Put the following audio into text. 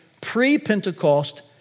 pre-Pentecost